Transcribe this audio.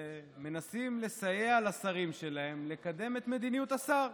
שמנסים לסייע לשרים שלהם לקדם את מדיניות השר.